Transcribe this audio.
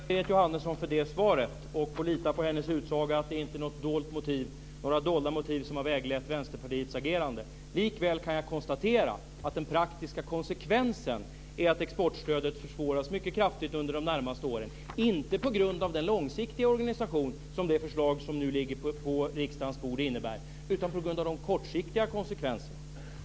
Fru talman! Jag tackar Berit Jóhannesson för det svaret och får lita på hennes utsaga att det inte är några dolda motiv som har väglett Vänsterpartiets agerande. Likväl kan jag konstatera att den praktiska konsekvensen är att exportstödet försvåras mycket kraftigt under de närmaste åren. Det sker inte på grund av den långsiktiga organisation som det förslag som nu ligger på riksdagens bord innebär utan på grund av de kortsiktiga konsekvenserna.